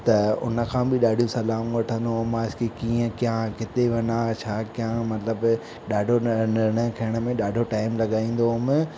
त उनखां बि ॾाढी सलाहूं वठंदो हुयोमास मां की कीअं कयां किथे वञा छा कयां मतिलब ॾाढो नि निर्णय खणण में ॾाढो टाइम लॻाईंदो हुयुमि